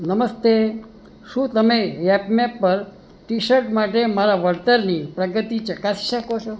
નમસ્તે શું તમે યેપમેપ પર ટી શર્ટ માટે મારા વળતરની પ્રગતિ ચકાસી શકો છો